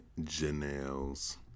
Janelle's